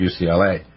UCLA